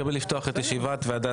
בוקר טוב, אני מתכבד לפתוח את ישיבת ועדת